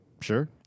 Sure